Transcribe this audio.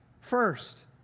first